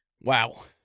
Wow